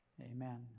Amen